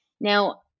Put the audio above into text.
Now